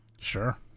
Sure